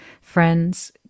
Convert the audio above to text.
friends